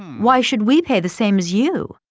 why should we pay the same as you?